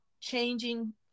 changing